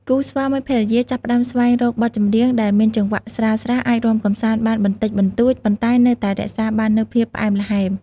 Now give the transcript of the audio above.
គូស្វាមីភរិយាចាប់ផ្តើមស្វែងរកបទចម្រៀងដែលមានចង្វាក់ស្រាលៗ អាចរាំកម្សាន្តបានបន្តិចបន្តួច ប៉ុន្តែនៅតែរក្សាបាននូវភាពផ្អែមល្ហែម។